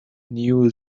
new